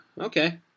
Okay